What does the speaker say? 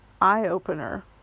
eye-opener